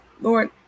Lord